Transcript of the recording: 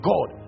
God